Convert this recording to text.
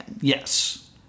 yes